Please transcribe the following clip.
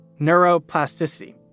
neuroplasticity